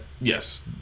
yes